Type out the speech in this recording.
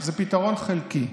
זה פתרון חלקי.